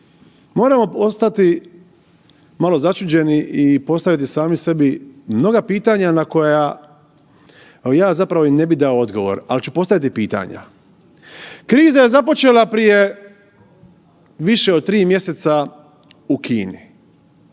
moramo postati malo začuđeni i postaviti sami sebi mnoga pitanja na koja evo ja i zapravo ne bih dao odgovor, ali ću postaviti pitanja. Kriza je započela prije više od tri mjeseca u Kini,